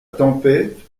tempête